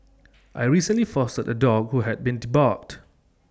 I recently fostered A dog who had been debarked